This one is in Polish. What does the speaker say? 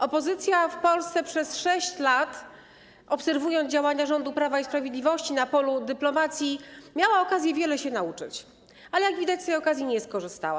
Opozycja w Polsce przez 6 lat, obserwując działania rządu Prawa i Sprawiedliwości na polu dyplomacji, miała okazję wiele się nauczyć, ale jak widać, z tej okazji nie skorzystała.